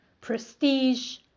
prestige